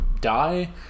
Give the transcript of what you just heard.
die